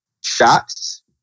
shots